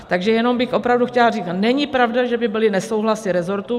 Takže jenom bych opravdu chtěla říct, není pravda, že by byly nesouhlasy resortů.